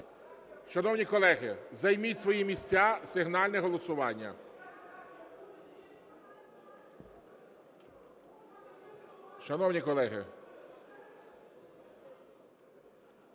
Шановні колеги, займіть свої місця, сигнальне голосування. Шановні колеги!